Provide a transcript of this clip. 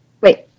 Wait